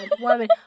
woman